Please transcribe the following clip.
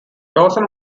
dawson